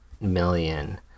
million